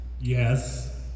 Yes